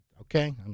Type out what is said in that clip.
okay